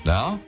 Now